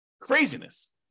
Craziness